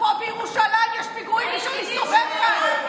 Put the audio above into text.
פה בירושלים יש פיגועים, אי-אפשר להסתובב כאן.